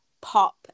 pop